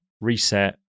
reset